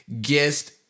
guest